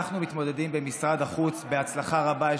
אנחנו מתמודדים עם זה במשרד החוץ בהצלחה רבה,